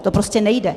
To prostě nejde.